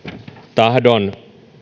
tahdon